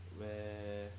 where